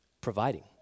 Providing